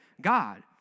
God